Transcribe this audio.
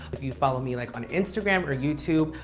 if you follow me, like on instagram or youtube,